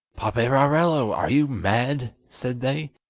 paperarello, are you mad said they.